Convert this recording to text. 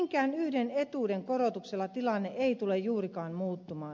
minkään yhden etuuden korotuksella tilanne ei tule juurikaan muuttumaan